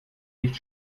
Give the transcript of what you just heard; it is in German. nicht